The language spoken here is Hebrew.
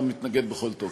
השר מתנגד בכל תוקף,